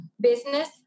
business